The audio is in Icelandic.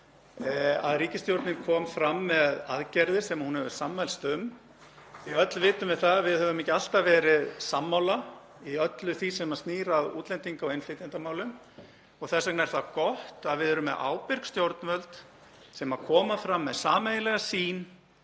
að ríkisstjórnin kom fram með aðgerðir sem hún hefur sammælst um, því að öll vitum við að við höfum ekki alltaf verið sammála í öllu því sem snýr að útlendinga- og innflytjendamálum. Þess vegna er gott að við erum með ábyrg stjórnvöld sem koma fram með sameiginlega sýn